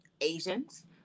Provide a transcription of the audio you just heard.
Asians